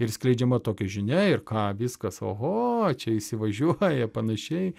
ir skleidžiama tokia žinia ir ką viskas oho čia įsivažiuoja ir panašiai